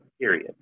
period